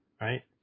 Right